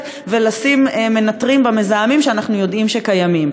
ולשים מנטרים במזהמים שאנחנו יודעים שקיימים.